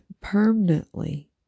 permanently